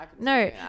No